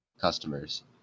customers